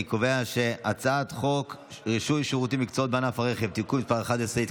אני קובע שהצעת חוק רישוי שירותים ומקצועות בענף הרכב (תיקון מס' 11),